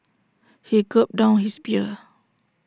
he gulped down his beer